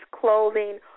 clothing